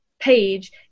page